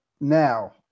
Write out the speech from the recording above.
now